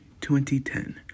2010